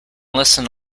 listen